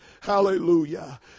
Hallelujah